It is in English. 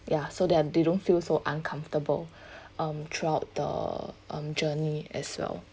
ya so that they don't feel so uncomfortable um throughout the um journey as well